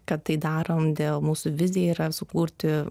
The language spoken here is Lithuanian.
kad tai darom dėl mūsų vizija yra sukurti